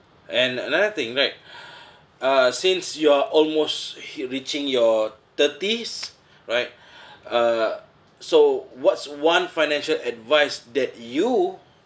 and another thing right uh since you are almost he reaching your thirties right uh so what's one financial advice that you